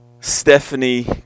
Stephanie